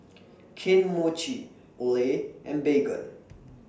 Kane Mochi Olay and Baygon